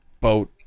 boat